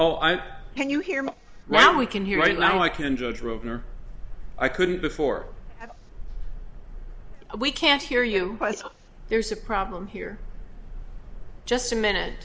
oh i can you hear me now we can hear right now i can judge ruben or i couldn't before we can't hear you but there's a problem here just a minute